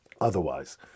otherwise